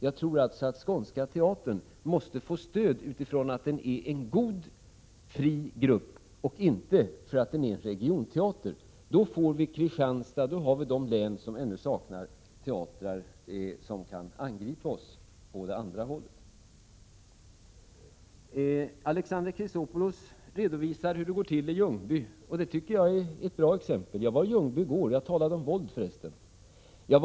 Jag tror alltså att Skånska teatern måste få stöd, därför att den är en god, fri grupp och inte därför att den är en regionteater. Annars kan det bli så, att man i de län där det ännu saknas teatrar angriper oss. Alexander Chrisopoulos redovisar hur det går till i Ljungby, och det tycker jag är ett bra exempel. Jag var i Ljungby i går. Jag talade för resten om våld.